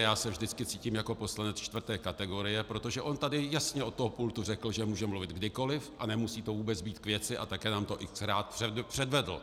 Já se vždycky cítím jako poslanec čtvrté kategorie, protože on tady jasně od pultu řekl, že může mluvit kdykoli a nemusí to vůbec být k věci a také nám to xkrát předvedl.